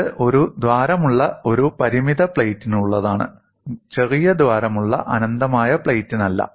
ഇത് ഒരു ദ്വാരമുള്ള ഒരു പരിമിത പ്ലേറ്റിനുള്ളതാണ് ചെറിയ ദ്വാരമുള്ള അനന്തമായ പ്ലേറ്റിനല്ല